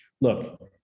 look